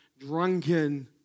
drunken